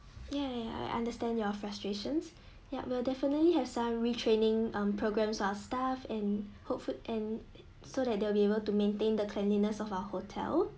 ya ya I understand your frustrations ya we'll definitely have some retraining mm programmes our staff and hopeful and so that they will be able to maintain the cleanliness of our hotel